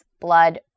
blood